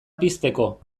pizteko